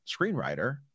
screenwriter